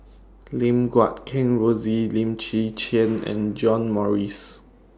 Lim Guat Kheng Rosie Lim Chwee Chian and John Morrice